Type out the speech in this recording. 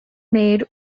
made